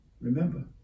Remember